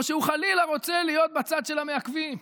או שהוא חלילה רוצה להיות בצד של המעכבים.